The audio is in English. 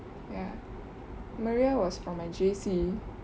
maria was from my J_C